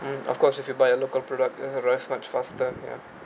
mm of course if you buy a local product it arrived much faster ya